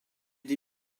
des